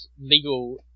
legal